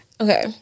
Okay